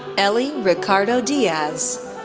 elie ricardo diaz,